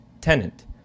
tenant